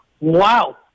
Wow